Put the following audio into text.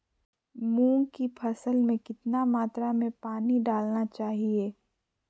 मूंग की फसल में कितना मात्रा में पानी डालना चाहिए?